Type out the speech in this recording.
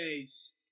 face